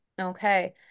Okay